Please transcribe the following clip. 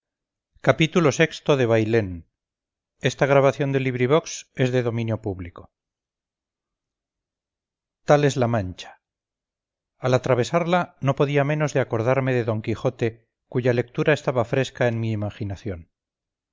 xxvi xxvii xxviii xxix xxx xxxi xxxii bailén de benito pérez galdós tal es la mancha al atravesarla no podía menos de acordarme de d quijote cuya lectura estaba fresca en mi imaginación